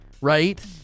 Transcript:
right